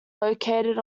located